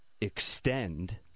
extend